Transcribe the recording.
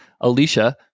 alicia